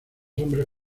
hombres